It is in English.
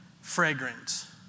fragrant